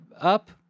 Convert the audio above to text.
up